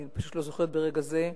אני פשוט לא זוכרת ברגע זה,